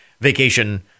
vacation